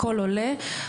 הכול עולה.